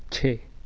چھ